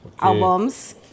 albums